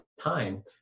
time